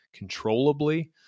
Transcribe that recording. controllably